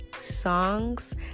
songs